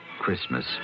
Christmas